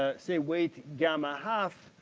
ah say weight gamma half,